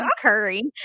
Curry